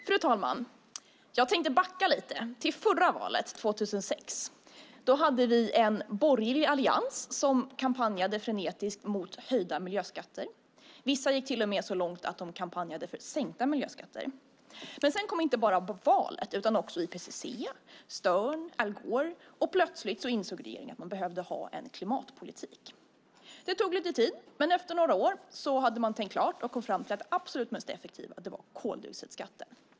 Fru talman! Jag tänkte backa lite till det förra valet, 2006. Då hade vi en borgerlig allians som kampanjade frenetiskt mot höjda miljöskatter. Vissa gick till och med så långt att de kampanjade för sänkta miljöskatter. Sedan kom inte bara valet utan också IPCC, Stern och Al Gore, och plötsligt insåg regeringen att man behövde ha en klimatpolitik. Det tog lite tid, men efter några år hade man tänkt klart och kommit fram till att det absolut mest effektiva var koldioxidskatten.